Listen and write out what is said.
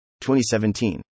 2017